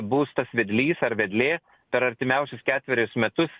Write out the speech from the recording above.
bus tas vedlys ar vedlė per artimiausius ketverius metus